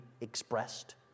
expressed